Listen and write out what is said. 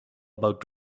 about